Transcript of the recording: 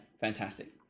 Fantastic